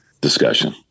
discussion